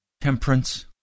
temperance